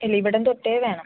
ഇല്ല ഇവിടം തൊട്ടേ വേണം